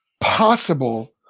possible